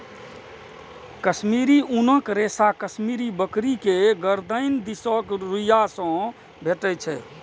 कश्मीरी ऊनक रेशा कश्मीरी बकरी के गरदनि दिसक रुइयां से भेटै छै